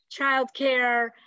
childcare